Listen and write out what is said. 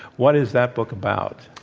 what is that book about?